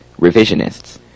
revisionists